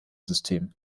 system